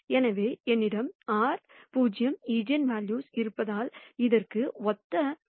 எனவே என்னிடம் r 0 ஈஜென்வெல்யூக்கள் இருப்பதால் இதற்கு ஒத்த r ஈஜென்வெக்டர்கள் இருக்கும்